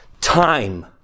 Time